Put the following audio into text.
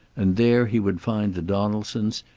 and there he would find the donaldsons,